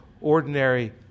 ordinary